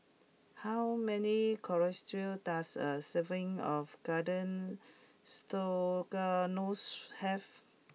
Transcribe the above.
how many calories does a serving of Garden Stroganoff have